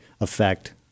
effect